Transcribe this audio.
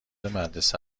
مدرسه